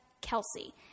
Kelsey